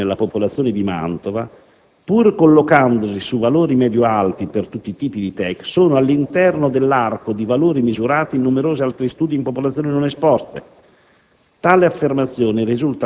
che i valori determinati nella popolazione di Mantova, pur collocandosi su valori medio-alti per tutti i tipi di TEQ, sono all'interno dell'arco di valori misurati in numerosi altri studi in popolazioni non esposte;